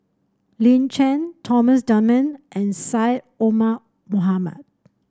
Lin Chen Thomas Dunman and Syed Omar Mohamed